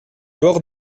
bords